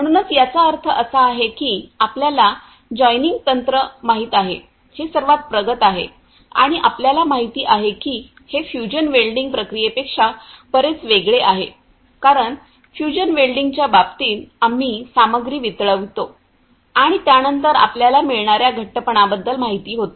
म्हणूनच याचा अर्थ असा आहे की आपल्याला जॉइनिंग तंत्र माहित आहे हे सर्वात प्रगत आहे आणि आपल्याला माहिती आहे की हे फ्यूजन वेल्डिंग प्रक्रियेपेक्षा बरेच वेगळे आहे कारण फ्यूजन वेल्डिंगच्या बाबतीत आम्ही सामग्री वितळवितो आणि त्यानंतर आपल्याला मिळणार्या घट्टपणाबद्दल माहिती होते